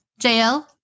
JL